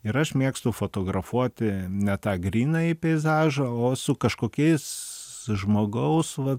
ir aš mėgstu fotografuoti ne tą grynąjį peizažą o su kažkokiais žmogaus va